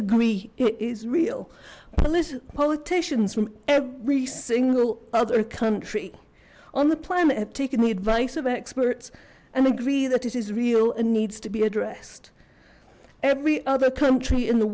agree it is real politicians from every single other country on the planet have taken the advice of experts and agree that it is real and needs to be addressed every other country in the